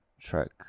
track